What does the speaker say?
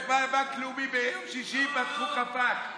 בנק לאומי בשישי פתחו חפ"ק.